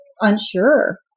unsure